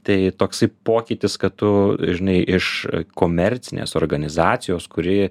tai toksai pokytis kad tu žinai iš komercinės organizacijos kuri